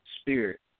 spirit